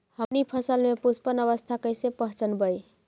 हमनी फसल में पुष्पन अवस्था कईसे पहचनबई?